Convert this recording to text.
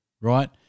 right